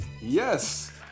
Yes